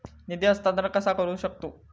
निधी हस्तांतर कसा करू शकतू?